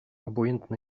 obojętny